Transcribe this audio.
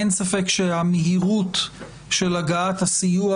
אין ספק שהמהירות של הגעת הסיוע,